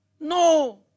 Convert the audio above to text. no